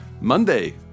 monday